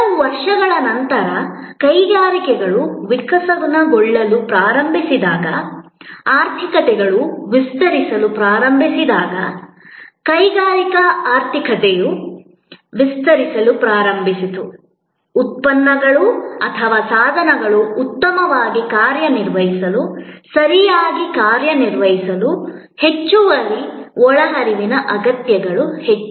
ಕೆಲವು ವರ್ಷಗಳ ನಂತರ ಕೈಗಾರಿಕೆಗಳು ವಿಕಸನಗೊಳ್ಳಲು ಪ್ರಾರಂಭಿಸಿದಾಗ ಆರ್ಥಿಕತೆಗಳು ವಿಸ್ತರಿಸಲು ಪ್ರಾರಂಭಿಸಿದಾಗ ಕೈಗಾರಿಕಾ ಆರ್ಥಿಕತೆಯು ವಿಸ್ತರಿಸಲು ಪ್ರಾರಂಭಿಸಿತು ಉತ್ಪನ್ನಗಳು ಅಥವಾ ಸಾಧನಗಳು ಉತ್ತಮವಾಗಿ ಕಾರ್ಯನಿರ್ವಹಿಸಲು ಸರಿಯಾಗಿ ಕಾರ್ಯನಿರ್ವಹಿಸಲು ಹೆಚ್ಚುವರಿ ಒಳಹರಿವಿನ ಅಗತ್ಯತೆಗಳು ಹೆಚ್ಚು